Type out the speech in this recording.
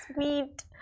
sweet